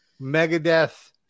Megadeth